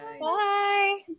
Bye